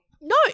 No